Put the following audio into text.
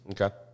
Okay